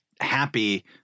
happy